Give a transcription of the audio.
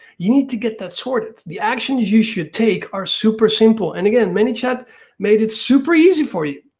you need to get that sorted. the actions you should take are super simple, and again, manychat made it super easy for you.